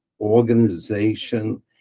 organization